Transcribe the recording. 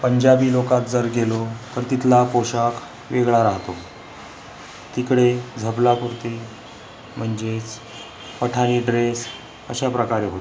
पंजाबी लोकात जर गेलो तर तिथला पोशाख वेगळा राहतो तिकडे झबला कुर्ती म्हणजेच पठायी ड्रेस अशा प्रकारे होतो